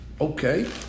Okay